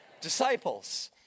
Disciples